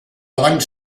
davant